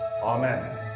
Amen